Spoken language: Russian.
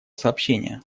сообщения